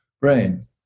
brain